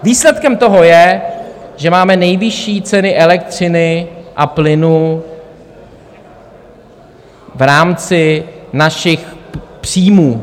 Výsledkem toho je, že máme nejvyšší ceny elektřiny a plynu v rámci našich příjmů.